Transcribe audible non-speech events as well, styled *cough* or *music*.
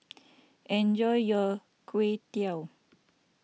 enjoy your Chwee *unintelligible*